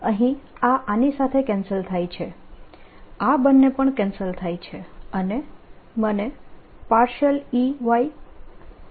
અહીં આ આની સાથે કેન્સલ થાય છે આ બંને પણ કેન્સલ થાય છે અને મને Ey∂x Bz∂t મળે છે